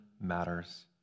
matters